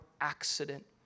accident